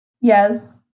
Yes